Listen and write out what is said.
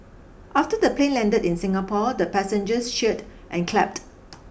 after the plane landed in Singapore the passengers cheered and clapped